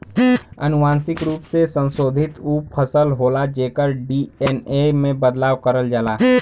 अनुवांशिक रूप से संशोधित उ फसल होला जेकर डी.एन.ए में बदलाव करल जाला